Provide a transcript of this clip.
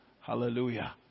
Hallelujah